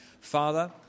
Father